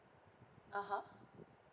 uh (huh)